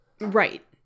Right